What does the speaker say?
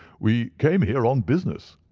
we came here on business,